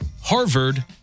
Harvard